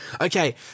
Okay